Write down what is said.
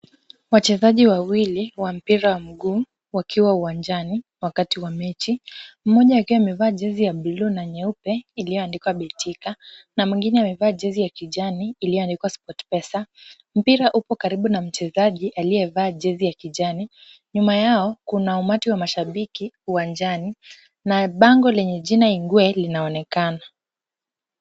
Wachezaji wawili wa mpira wa mguu, wakiwa uwanjani wakati wa mechi, mmoja akiwa amevaa jezi ya bluu na nyeupe iliyoandikwa BETIKA ,na mwingine amevaa jezi ya kijani iliyoandikwa SPORT PESA.Mpira upo karibu na mchezaji aliyevaa jezi ya kijani, nyuma yao kuna umati wa mashabiki uwanjani, na bango lenye jina INGWE linaonekana.